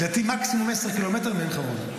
לדעתי זה מקסימום 10 קילומטר מעין חרוד.